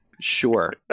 Sure